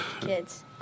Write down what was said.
kids